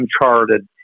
uncharted